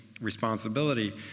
responsibility